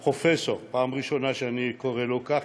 פרופ' פעם ראשונה שאני קורא לו כך,